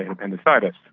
appendicitis.